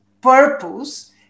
purpose